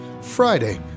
Friday